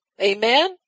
amen